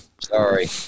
Sorry